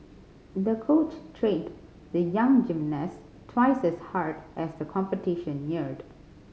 the coach trained the young gymnast twice as hard as the competition neared